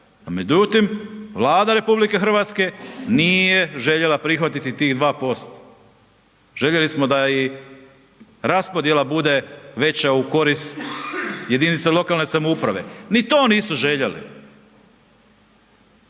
međutim Vlada RH nije željela prihvatiti tih 2%. Željeli smo da i raspodjela veća u korist jedinica lokalne samouprave, ni to nisu željeli.